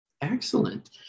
Excellent